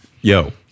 Yo